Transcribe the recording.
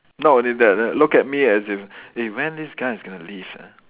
not only that uh look at me as in eh when this guy is going to leave ah